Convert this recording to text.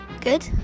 Good